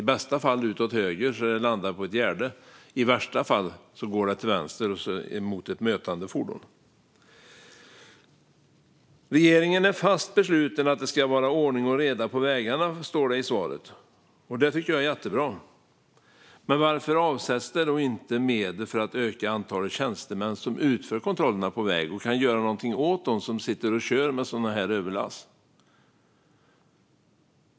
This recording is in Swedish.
I bästa fall går det ut åt höger så att det landar på ett gärde. I värsta fall går det åt vänster, mot ett mötande fordon. Regeringen är fast besluten att det ska vara ordning och reda på vägarna, sas det i svaret. Det tycker jag är jättebra. Men varför avsätts det då inte medel för att öka antalet tjänstemän som utför kontroller på väg och kan göra någonting åt dem som sitter och kör med sådana här överlaster?